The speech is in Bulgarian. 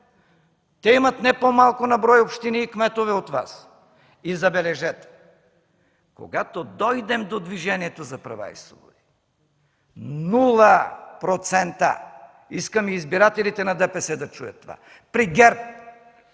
Те имат не по-малко на брой общини и кметове от Вас. Забележете, когато дойдем до Движението за права и свободи, нула процента. Искам и избирателите на ДПС да чуят това. При ГЕРБ